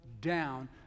down